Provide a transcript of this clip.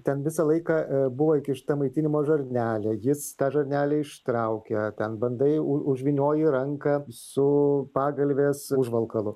ten visą laiką buvo įkišta maitinimo žarnelė jis tą žarnelę ištraukia ten bandai už užvynioji ranką su pagalvės užvalkalu